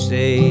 Say